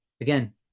Again